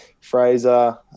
fraser